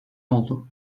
oldu